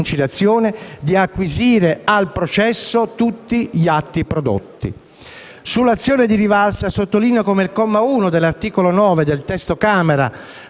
di acquisire al processo tutti gli atti prodotti. Sull'azione di rivalsa sottolineo come il comma 1 dell'articolo 9 del testo Camera,